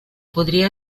podría